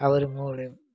அவர் மூலியம்